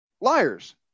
liars